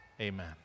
Amen